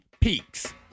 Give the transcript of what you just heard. peaks